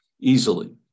easily